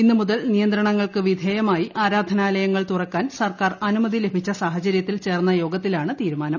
ഇന്ന് മുതൽ നിയന്ത്രണങ്ങൾക്ക് വിധേയമായി ആരാധനായലൂങ്ങൾ ് തുറക്കാൻ സർക്കാർ അനുമതി ലഭിച്ച സാഹചര്യത്തിൽ പ്രിച്ചേർന്ന യോഗത്തിലാണ് തീരുമാനം